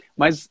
mas